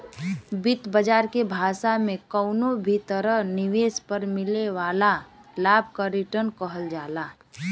वित्त बाजार के भाषा में कउनो भी तरह निवेश पर मिले वाला लाभ क रीटर्न कहल जाला